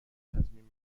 تضمین